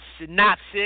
synopsis